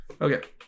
okay